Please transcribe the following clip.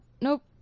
Nope